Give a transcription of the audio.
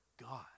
God